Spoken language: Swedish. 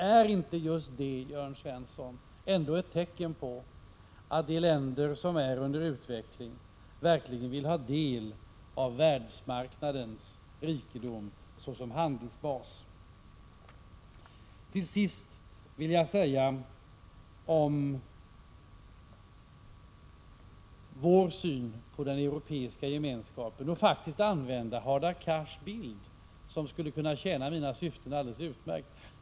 Är inte just detta, Jörn Svensson, ändå ett tecken på att de länder som är under utveckling verkligen vill ha del av världsmarknadens rikedom såsom handelsbas? Till sist vill jag redogöra för vår syn på den Europeiska gemenskapen. Jag kan därvid faktiskt använda Hadar Cars bildspråk, som skulle kunna tjäna mina syften alldeles utmärkt.